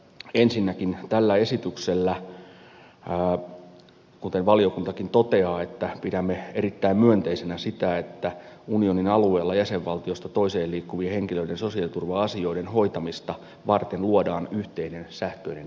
ensinnäkin tällä esityksellä kuten valiokuntakin toteaa pidämme tätä erittäin myönteisenä unionin alueella jäsenvaltiosta toiseen liikkuvien henkilöiden sosiaaliturva asioiden hoitamista varten luodaan yhteinen sähköinen järjestelmä